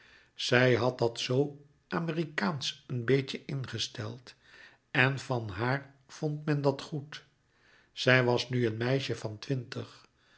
zij had dat zoo amerikaansch een beetje ingesteld en van haar vond men dat goed zij was nu een meisje van twintig